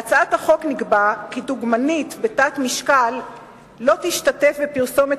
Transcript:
בהצעת החוק נקבע כי דוגמנית בתת-משקל לא תשתתף בפרסומת